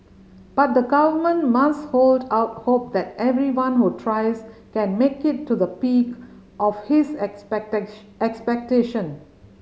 but the Government must hold out hope that everyone who tries can make it to the peak of his expect expectation